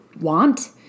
want